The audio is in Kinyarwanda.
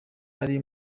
ari